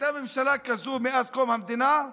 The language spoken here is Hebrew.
הייתה ממשלה כזו מאז קום המדינה?